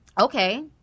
Okay